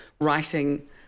writing